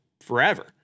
forever